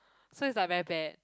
so is like very bad